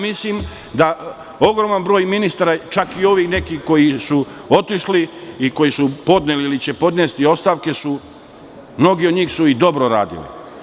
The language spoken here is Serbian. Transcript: Mislim da ogroman broj ministara, čak i ovih nekih koji su otišli i koji su podneli ili će podneti ostavke, mnogi od njih su i dobro radili.